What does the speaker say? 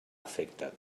efecte